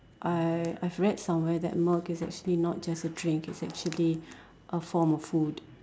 I I've read somewhere that milk is actually not just a drink it's actually a form of food